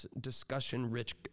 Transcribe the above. discussion-rich